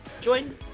join